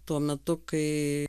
tuo metu kai